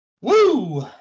Woo